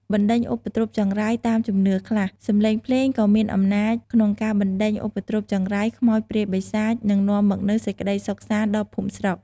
បណ្តេញឧបទ្រពចង្រៃ តាមជំនឿខ្លះ សំឡេងភ្លេងក៏មានអំណាចក្នុងការបណ្តេញឧបទ្រពចង្រៃ ខ្មោចព្រាយបិសាច និងនាំមកនូវសេចក្តីសុខសាន្តដល់ភូមិស្រុក។